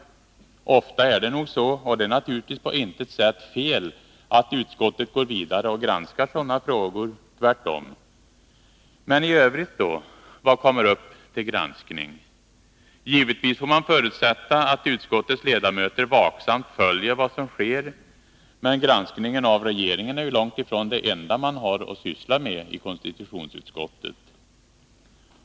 Ofta är det nog så, och det är naturligtvis på intet sätt fel att utskottet går vidare och granskar sådana frågor. Tvärtom. Men i övrigt då, vad kommer upp till granskning? Givetvis får man förutsätta att utskottets ledamöter vaksamt 15 följer vad som sker, men granskningen av regeringen är långt ifrån det enda man har att syssla med i konstitutionsutskottet.